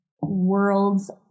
worlds